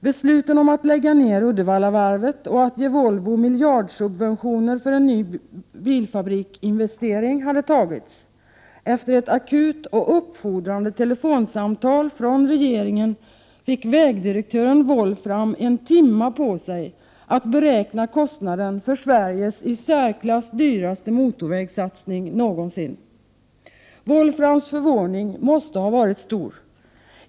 Besluten om att lägga ned Uddevallavarvet och att ge Volvo miljardsubventioner för en ny bilfabriksinvestering hade fattats. Efter ett akut och uppfordrande telefonsamtal från regeringen fick vägdirektören Wolfram en timme på sig att beräkna kostnaden för Sveriges i särklass i dyraste motorvägssatsning någonsin. Wolframs förvåning måste ha varit stor.